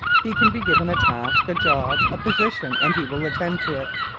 he can be given a task, a job, a position and he will attend to it.